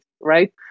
Right